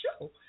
show